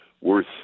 worth